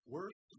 Worse